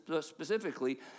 specifically